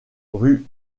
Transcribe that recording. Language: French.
rue